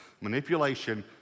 Manipulation